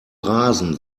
rasen